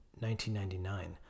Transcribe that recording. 1999